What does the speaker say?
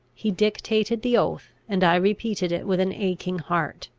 he dictated the oath, and i repeated it with an aching heart.